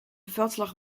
veldslag